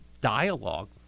dialogue